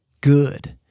good